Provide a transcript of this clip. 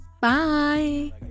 Bye